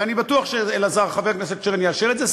ואני בטוח שחבר הכנסת שטרן יאשר את זה,